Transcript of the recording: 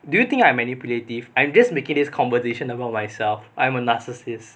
do you think I'm manipulative I'm just making this conversation about myself I'm a narcissist